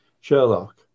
Sherlock